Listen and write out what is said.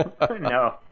No